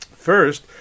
First